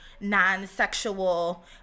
non-sexual